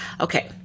Okay